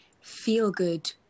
feel-good